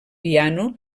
piano